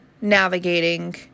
navigating